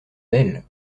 belle